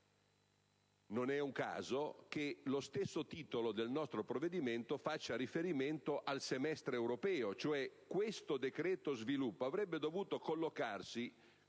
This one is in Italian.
Non è un caso che lo stesso titolo del nostro provvedimento faccia riferimento al semestre europeo: questo decreto sviluppo avrebbe dovuto collocarsi